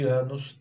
anos